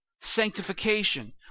sanctification